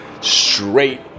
straight